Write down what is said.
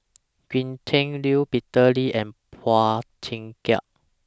Gretchen Liu Peter Lee and Phua Thin Kiay